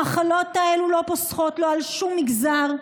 המחלות האלה לא פוסחות על שום מגזר,